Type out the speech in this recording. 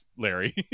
Larry